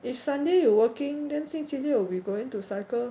if sunday you working then 星期六 we going to cycle